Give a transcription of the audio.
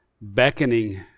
beckoning